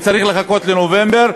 וצריך לחכות לנובמבר.